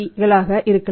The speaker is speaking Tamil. களாக இருக்கலாம்